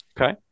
Okay